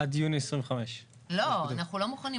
עד יוני 2025. לא, אנחנו לא מוכנים.